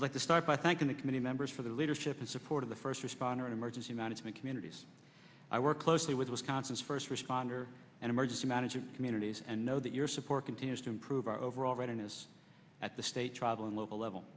i'd like to start by thanking the committee members for the leadership and support of the first responder emergency management communities i work closely with wisconsin's first responder and emergency management communities and know that your support continues to improve our overall readiness at the state tribal and local level